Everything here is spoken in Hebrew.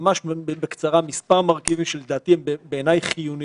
ממש בקצרה מספר מרכיבים שבעיניי הם חיוניים: